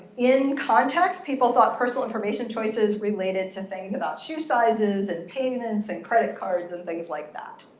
in context people thought personal information choices related to things about shoe sizes, and payments, and credit cards, and things like that.